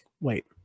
Wait